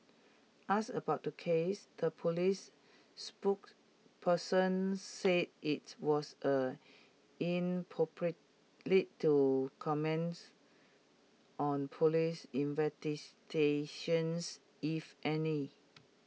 asked about the case the Police spokesperson said IT was A to comments on Police investigations if any